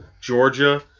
Georgia